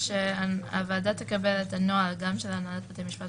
בית המשפט